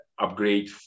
Upgrade